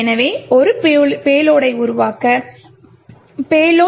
எனவே ஒரு பேலோடை உருவாக்க payload generator